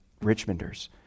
Richmonders